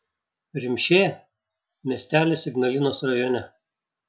rimšė miestelis ignalinos rajone